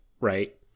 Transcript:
right